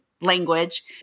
language